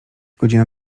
godzina